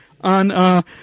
on